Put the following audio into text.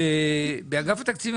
שבאגף התקציבים,